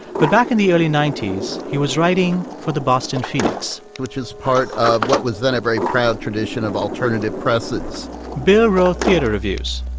but back in the early he was writing for the boston phoenix which is part of what was then a very proud tradition of alternative presses bill wrote theater reviews.